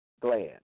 glad